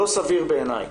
לא סביר, בעיניי,